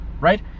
right